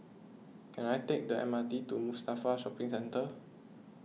can I take the M R T to Mustafa Shopping Centre